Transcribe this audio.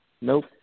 Nope